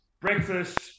breakfast